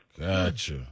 Gotcha